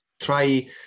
try